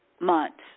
months